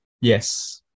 Yes